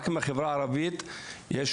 רק מהחברה הערבית יש